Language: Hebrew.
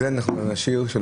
אז את זה אנחנו נשאיר לקריאה